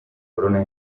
corona